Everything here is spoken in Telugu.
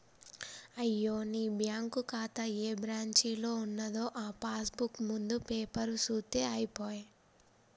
అయ్యో నీ బ్యాంకు ఖాతా ఏ బ్రాంచీలో ఉన్నదో ఆ పాస్ బుక్ ముందు పేపరు సూత్తే అయిపోయే